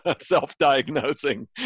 self-diagnosing